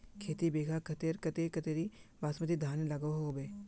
खेती बिगहा खेतेर केते कतेरी बासमती धानेर लागोहो होबे?